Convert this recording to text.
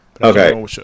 Okay